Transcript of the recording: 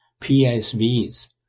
PSVs